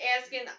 asking